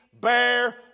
bear